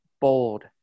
bold